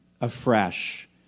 afresh